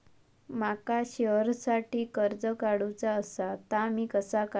माका शेअरसाठी कर्ज काढूचा असा ता मी कसा काढू?